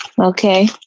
Okay